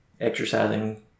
exercising